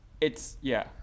It's—yeah